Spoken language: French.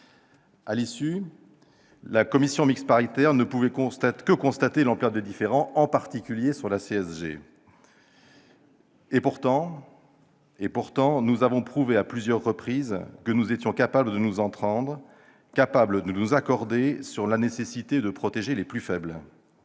de la sécurité sociale et la CMP ne pouvait que constater l'ampleur des différends, en particulier sur la CSG. Et pourtant, nous avons pourtant prouvé à plusieurs reprises que nous étions capables de nous entendre, capables de nous accorder sur la nécessité de protéger les plus faibles.